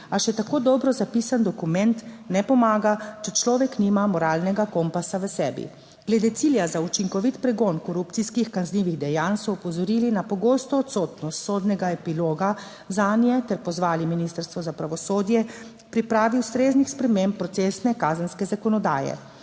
A še tako dobro zapisan dokument ne pomaga, če človek nima moralnega kompasa v sebi. Glede cilja za učinkovit pregon korupcijskih kaznivih dejanj so opozorili na pogosto odsotnost sodnega epiloga zanje ter pozvali ministrstvo za pravosodje, k pripravi ustreznih sprememb procesne kazenske zakonodaje.